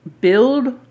build